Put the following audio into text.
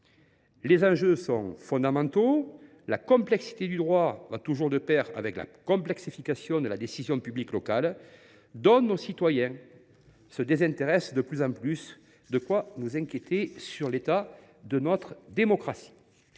Les enjeux sont fondamentaux : la complexité du droit va toujours de pair avec la complexification de la décision publique locale, dont nos concitoyens se désintéressent de plus en plus : de quoi nous inquiéter sur l’état de notre démocratie